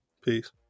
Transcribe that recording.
Peace